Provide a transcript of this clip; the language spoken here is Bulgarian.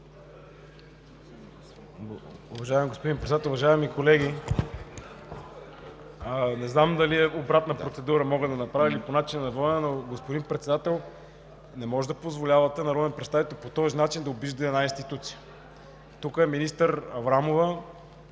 Уважаеми господин Председател, уважаеми колеги! Не знам дали мога да направя обратна процедура, или по начина на водене... Господин Председател, не може да позволявате народен представител по този начин да обижда една институция. Тук е министър Аврамова